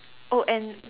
oh and